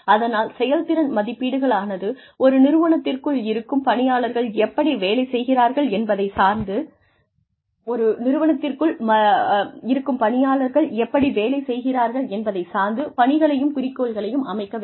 அதனால் செயல்திறன் மதிப்பீடுகளானது ஒரு நிறுவனத்திற்குள் இருக்கும் பணியாளர்கள் எப்படி வேலை செய்கிறார்கள் என்பதைச் சார்ந்து பணிகளையும் குறிக்கோள்களையும் அமைக்க வேண்டும்